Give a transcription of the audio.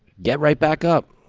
get right back up,